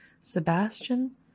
Sebastian